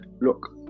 look